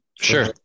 Sure